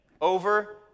Over